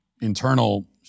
internal